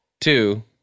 Two